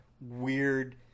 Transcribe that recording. weird